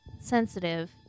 sensitive